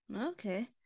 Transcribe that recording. Okay